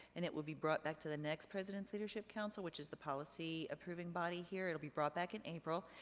and it will be brought back to the next president's leadership council, which is the policy-approving body here. it will be brought back in april,